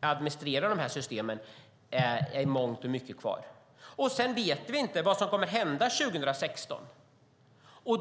administrera de här systemen i mångt och mycket kommer att vara kvar. Vi vet inte vad som kommer att hända 2016.